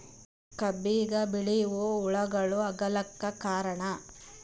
ಕಬ್ಬಿಗ ಬಿಳಿವು ಹುಳಾಗಳು ಆಗಲಕ್ಕ ಕಾರಣ?